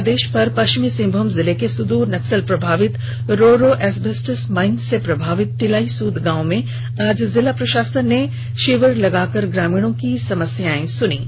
NGT के आदेश पर पश्चिमी सिंहभूम जिले के सुदूर नक्सल प्रभावित रोरो एस्बेस्टस माइंस से प्रभावित तिलाईसूद गांव में आज जिला प्रशासन ने शिविर लगाकर ग्रामीणों की समस्यायें सुनीं